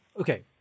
okay